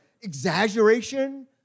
exaggeration